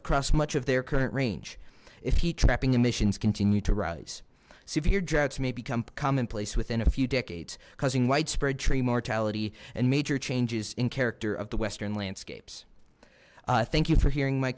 across much of their current range if heat trapping emissions continue to rise severe droughts may become commonplace within a few decades widespread tree mortality and major changes in character of the western landscapes thank you for hearing my